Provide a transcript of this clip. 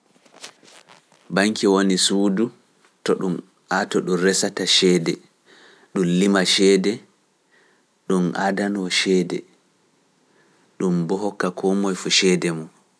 Baŋki woni suudu to ɗum resata ceede, ɗum lima ceede, ɗum adanoo ceede, ɗum bo hokka koo moye fuu ceede mum.